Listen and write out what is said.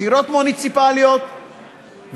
בחירות מוניציפליות,